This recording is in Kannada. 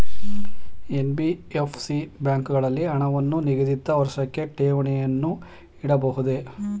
ಎನ್.ಬಿ.ಎಫ್.ಸಿ ಬ್ಯಾಂಕುಗಳಲ್ಲಿ ಹಣವನ್ನು ನಿಗದಿತ ವರ್ಷಕ್ಕೆ ಠೇವಣಿಯನ್ನು ಇಡಬಹುದೇ?